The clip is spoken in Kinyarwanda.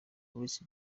let